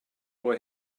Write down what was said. boy